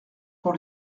pour